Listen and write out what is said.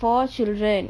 four children